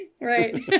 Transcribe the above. Right